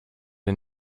and